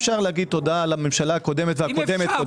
אפשר להגיד תודה לממשלה הקודמת והקודמת קודמת.